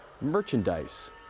merchandise